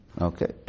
Okay